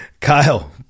Kyle